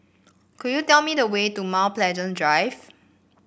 could you tell me the way to Mount Pleasant Drive